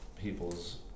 people's